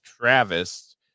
Travis